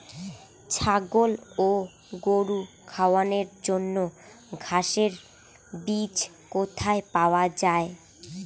ছাগল ও গরু খাওয়ানোর জন্য ঘাসের বীজ কোথায় পাওয়া যায়?